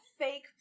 fake